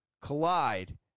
collide